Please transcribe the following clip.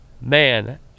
man